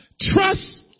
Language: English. Trust